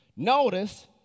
Notice